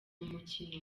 mukino